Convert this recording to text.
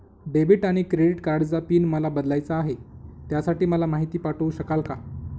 Debit आणि credit कार्डचा PIN मला बदलायचा आहे, त्यासाठी मला माहिती पाठवू शकाल का?